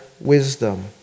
wisdom